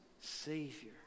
Savior